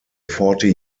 forty